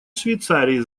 швейцарии